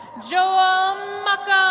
joel